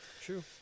True